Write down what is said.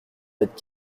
mètres